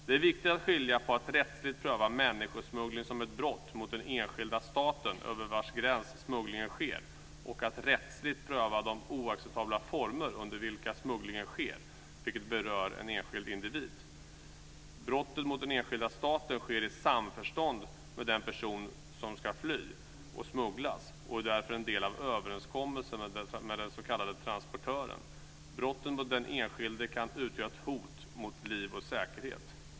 Det är viktigt att skilja på att rättsligt pröva människosmuggling som ett brott mot den enskilda stat över vars gräns smugglingen sker och att rättsligt pröva de oacceptabla former under vilka smugglingen sker, vilket berör en enskild individ. Brotten mot den enskilda staten sker i samförstånd med den person som ska fly och smugglas och är därför en del av överenskommelsen med den s.k. transportören. Brotten mot den enskilde kan utgöra ett hot mot liv och säkerhet.